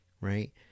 right